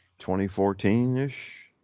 2014-ish